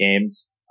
games